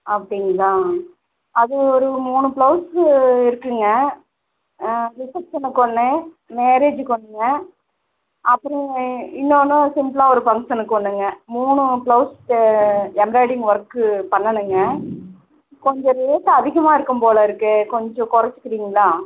அப்படிங்ளா அது ஒரு மூணு ப்லௌஸு இருக்குதுங்க ரிசப்ஷனுக்கு ஒன்று மேரேஜிக்கு ஒன்று அப்புறம் இன்னொன்னும் சிம்ப்பிளாக ஒரு ஃபங்ஷனுக்கு ஒன்றுங்க மூணு ப்லௌஸ் தே எம்ப்ராய்டிங் ஒர்க்கு பண்ணனுங்க கொஞ்சம் ரேட் அதிகமாக இருக்கும் போல இருக்குது கொஞ்சம் குறைச்சிக்கிறீங்ளா